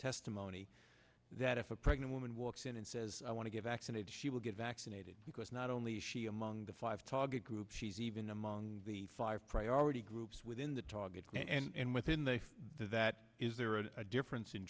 testimony that if a pregnant woman walks in and says i want to give x and she will get vaccinated because not only is she among the five target groups she's even among the five priority groups within the top get and within they that is there is a difference in